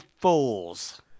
Fools